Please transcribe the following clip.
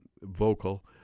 vocal